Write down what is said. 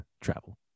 travel